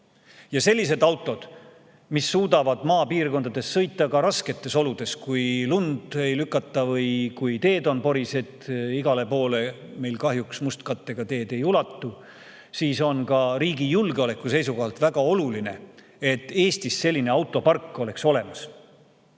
on sellised autod, mis suudavad maapiirkondades sõita ka rasketes oludes, kui lund ei lükata või kui teed on porised – igale poole meil kahjuks mustkattega teed ei ulatu –, on ka riigi julgeoleku seisukohalt väga oluline. [On tähtis,] et Eestis oleks selline autopark olemas,